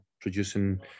producing